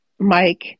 mike